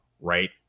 right